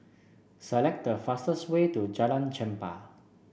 select the fastest way to Jalan Chempah